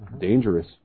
dangerous